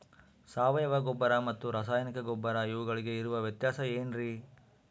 ಸಾವಯವ ಗೊಬ್ಬರ ಮತ್ತು ರಾಸಾಯನಿಕ ಗೊಬ್ಬರ ಇವುಗಳಿಗೆ ಇರುವ ವ್ಯತ್ಯಾಸ ಏನ್ರಿ?